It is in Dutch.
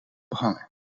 behangen